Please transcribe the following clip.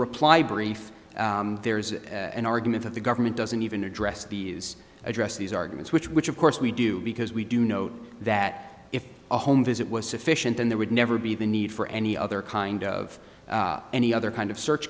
reply brief there is an organ that the government doesn't even address the address these arguments which which of course we do because we do know that if a home visit was sufficient then there would never be the need for any other kind of any other kind of search